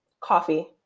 Coffee